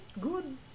good